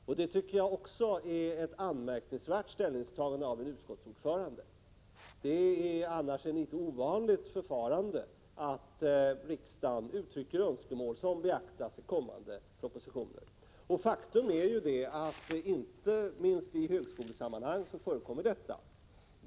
Också detta tycker jag är ett anmärkningsvärt ställningstagande av en utskottsordförande. Det är annars inte något ovanligt förfarande att riksdagen uttrycker önskemål, som beaktas i kommande propositioner. Inte minst i högskolesammanhang förekommer detta.